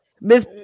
Miss